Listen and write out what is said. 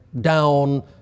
down